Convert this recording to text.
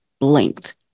length